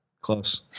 close